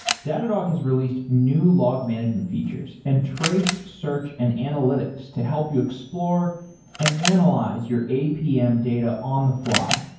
datadog has released new log management features and trace search and analytics to help you explore and analyze your apm data on the fly.